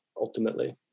ultimately